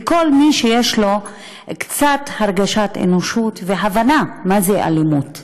לכל מי שיש לו קצת הרגשת אנושות והבנה מה זה אלימות.